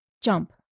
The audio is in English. Jump